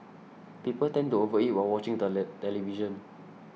people tend to overeat while watching the television